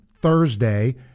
Thursday